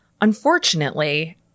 Unfortunately